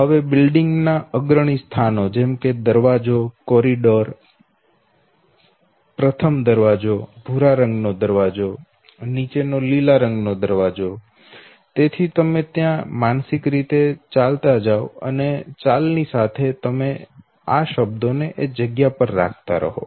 હવે બિલ્ડિંગ માં અગ્રણી સ્થાનો દરવાજો કોરિડોર પ્રથમ દરવાજો ભૂરો દરવાજો છે તેની નીચેનો લીલો દરવાજો છે તેથી તમે ત્યાં માનસિક રીતે ચાલો અને ચાલની સાથે તમે આ શબ્દોને જગ્યા પર રાખતા રહો